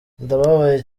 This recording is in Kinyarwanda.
ndababaye